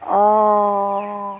অঁ